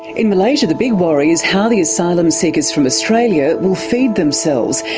in malaysia the big worry is how the asylum seekers from australia will feed themselves.